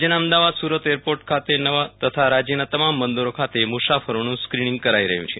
રાજ્યના અમદાવાદ સુરત એરપોર્ટ ખાતે તથા રાજ્યના તમામ બંદરો ખાત મુસાફરોનું સ્કીનીંગ કરાઈ રહ્યુ છે